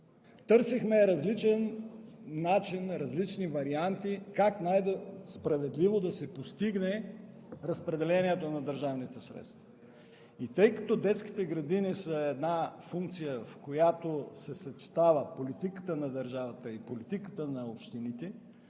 Търсихме различен начин, различни варианти как най-справедливо да се постигне разпределението на държавните средства. И тъй като детските градини са една функция, в която се съчетават политиката на държавата и политиката на общините,